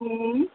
उम्